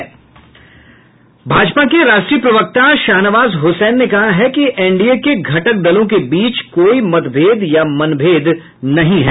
भाजपा के राष्ट्रीय प्रवक्ता शाहनवाज हुसैन ने कहा है कि एनडीए के घटक दलों के बीच कोई मतभेद या मनभेद नहीं है